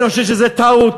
אני חושב שזו טעות.